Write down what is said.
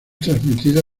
transmitida